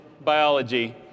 biology